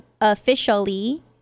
officially